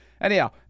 Anyhow